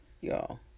y'all